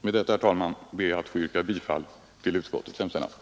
Med detta ber jag, herr talman, att få yrka bifall till utskottets hemställan.